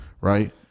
Right